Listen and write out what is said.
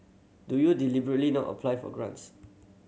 do you deliberately not apply for grants